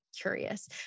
curious